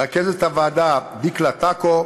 רכזות הוועדה: דקלה טקו,